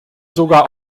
sogar